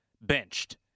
benched